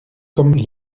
comme